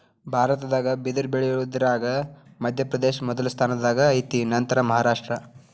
ಭಾರತದಾಗ ಬಿದರ ಬಳಿಯುದರಾಗ ಮಧ್ಯಪ್ರದೇಶ ಮೊದಲ ಸ್ಥಾನದಾಗ ಐತಿ ನಂತರಾ ಮಹಾರಾಷ್ಟ್ರ